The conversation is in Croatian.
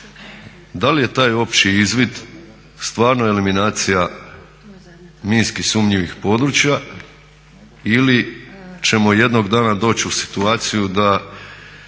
da li je taj opći izvid stvarno eliminacija minski sumnjivih područja ili ćemo jednog dana doći u situaciju da